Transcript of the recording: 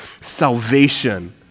salvation